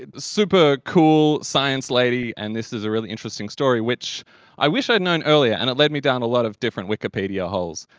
super cool science lady and this is a really interesting story which i wish i'd known earlier, and it led me down a lot of different wikipedia holes.